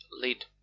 lead